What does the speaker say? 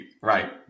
Right